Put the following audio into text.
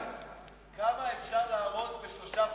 כמה אפשר להרוס בשלושה חודשים?